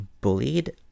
bullied